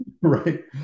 right